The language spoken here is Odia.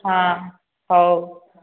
ହଁ ହଉ